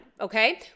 okay